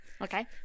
Okay